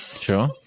Sure